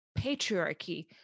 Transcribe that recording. patriarchy